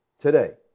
today